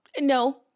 No